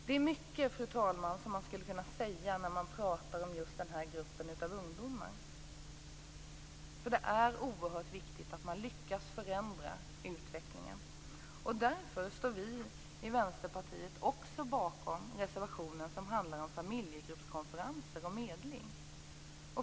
Det är mycket, fru talman, som skulle kunna sägas när vi talar om just den här gruppen av ungdomar. Det är oerhört viktigt att man lyckas förändra utvecklingen. Därför står vi i Vänsterpartiet också bakom den reservation som handlar om familjegruppskonferenser och medling.